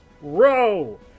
Row